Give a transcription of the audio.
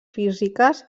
físiques